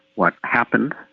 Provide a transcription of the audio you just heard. what happened,